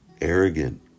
Arrogant